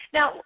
Now